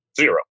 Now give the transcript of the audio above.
Zero